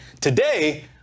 Today